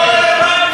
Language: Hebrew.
קודם ההצעות